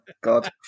God